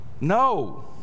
No